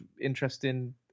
interesting